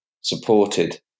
supported